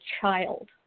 child